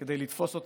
כדי לתפוס אותם,